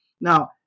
Now